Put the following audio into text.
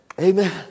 Amen